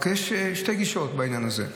רק שיש שתי גישות בעניין הזה.